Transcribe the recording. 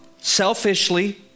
selfishly